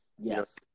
Yes